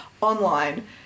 online